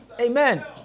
Amen